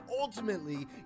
ultimately